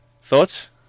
Thoughts